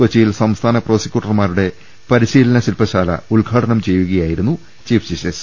കൊച്ചിയിൽ സംസ്ഥാന പ്രോസിക്യൂട്ടർമാരുടെ പരിശീലന ശില്പശാല ഉദ്ഘാടനം ചെയ്യുകയായിരുന്നു ചീഫ് ജസ്റ്റിസ്